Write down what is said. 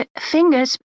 fingers